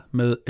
med